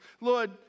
Lord